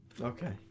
Okay